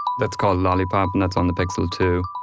that's called lollipop and that's on the pixel two.